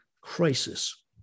crisis